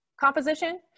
composition